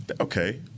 okay